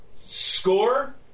Score